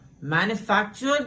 manufactured